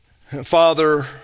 Father